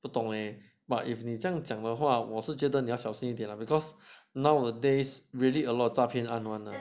不懂 leh but if 你这样讲的话我是觉得你要小心一点 lah because nowadays really a lot 诈骗案 [one] ah